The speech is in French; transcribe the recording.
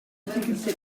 difficulté